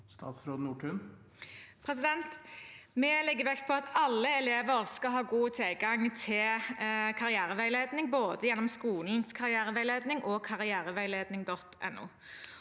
Nessa Nordtun Vi legger vekt på at alle elever skal ha god tilgang til karriereveiledning både gjennom skolens karriereveiledning og karriereveiledning.no.